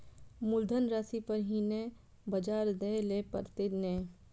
मुलधन राशि पर ही नै ब्याज दै लै परतें ने?